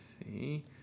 See